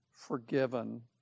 forgiven